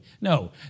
No